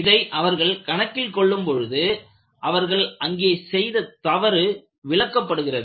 இதை அவர்கள் கணக்கில் கொள்ளும் பொழுது அவர்கள் அங்கே செய்த தவறு விளக்கப்படுகிறது